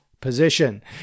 position